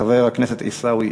חברת הכנסת תמר זנדברג,